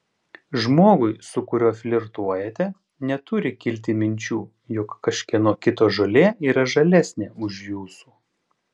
žmogui su kuriuo flirtuojate neturi kilti minčių jog kažkieno kito žolė yra žalesnė už jūsų